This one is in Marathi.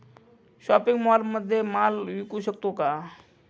शॉपिंग मॉलमध्ये माल विकू शकतो का?